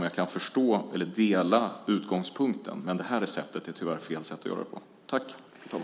Jag kan dela utgångspunkten, men receptet att göra det på är tyvärr fel.